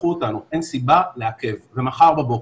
תפתחו אותנו, אין סיבה לעכב, ומחר בבוקר.